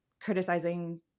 criticizing